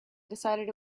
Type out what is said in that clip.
decided